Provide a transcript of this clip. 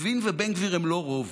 לוין ובן גביר הם לא רוב,